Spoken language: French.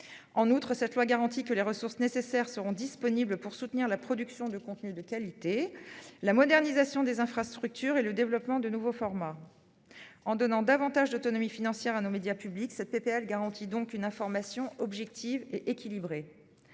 En outre, ce texte garantit que les ressources nécessaires seront disponibles pour soutenir la production de contenus de qualité, la modernisation des infrastructures et le développement de nouveaux formats. En donnant davantage d'autonomie financière à nos médias publics, il garantit donc une information objective et équilibrée.